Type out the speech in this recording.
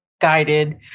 guided